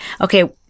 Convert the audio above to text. okay